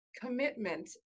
Commitment